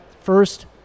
first